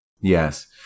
Yes